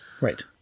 Right